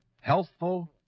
Healthful